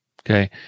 Okay